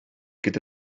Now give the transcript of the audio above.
gyda